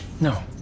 No